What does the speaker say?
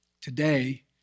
Today